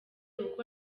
uko